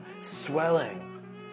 swelling